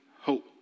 hope